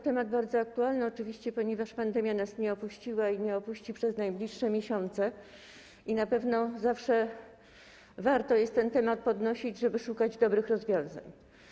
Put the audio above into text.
Temat oczywiście jest bardzo aktualny, ponieważ pandemia nas nie opuściła i nie opuści przez najbliższe miesiące, i na pewno zawsze warto jest ten temat podnosić, żeby szukać dobrych rozwiązań.